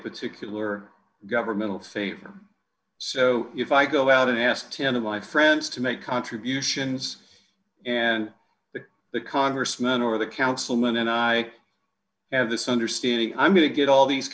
particular governmental favor so if i go out and ask him to my friends to make contributions and that the congressman or the councilman and i have this understanding i'm going to get all these